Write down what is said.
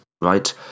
right